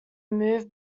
move